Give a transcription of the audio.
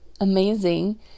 amazing